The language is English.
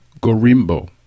Gorimbo